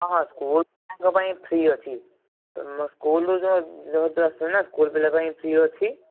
ହଁ ହଁ ସ୍କୁଲ ପିଲାଙ୍କ ପାଇଁ ଫ୍ରୀ ଅଛି ସ୍କୁଲ ରୁ ଯେଉଁ ନା ସ୍କୁଲ ପିଲାପାଇଁ ଫ୍ରୀ ଅଛି